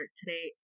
today